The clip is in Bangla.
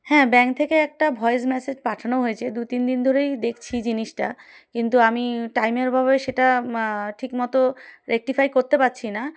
হ্যাঁ ব্যাঙ্ক থেকে একটা ভয়েস মেসেজ পাঠানো হয়েছে দু তিন দিন ধরেই দেখছি জিনিসটা কিন্তু আমি টাইমেরভাবে সেটা ঠিকমতো রেক্টিফাই করতে পারছি না